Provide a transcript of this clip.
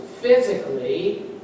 physically